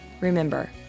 Remember